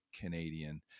Canadian